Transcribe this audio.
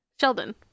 Sheldon